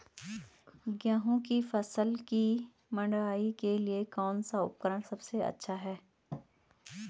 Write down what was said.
गेहूँ की फसल की मड़ाई के लिए कौन सा उपकरण सबसे अच्छा है?